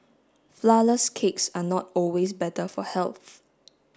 flourless cakes are not always better for health